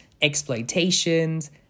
exploitations